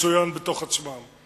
מצוין בתוך עצמם.